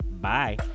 Bye